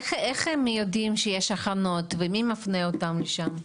איך הם יודעים שיש הכנות ומי מפנה אותם לשם?